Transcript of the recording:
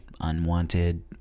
Unwanted